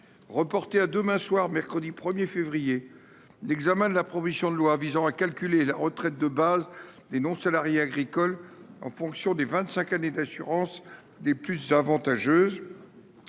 reporté à demain soir, mercredi 1er février l'examen de la provision de loi visant à calculer la retraite de base des non-salariés agricoles en fonction des 25 années d'assurance des plus avantageuses.